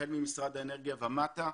החל ממשרד האנרגיה ומטה.